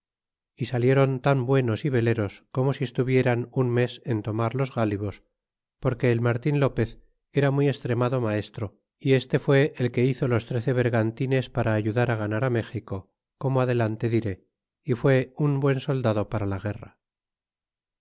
y salieron tan buenos y veleros como si estuvieran un mes en tomar los galivos porque el martin lopez era muy estremado maestro y este fue el que hizo los trece yergan tines para ayudar á ganar á méxico como adelante diré y fue un buen soldado para la guerra